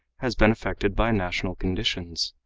has been affected by national conditions.